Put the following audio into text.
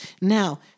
Now